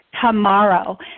tomorrow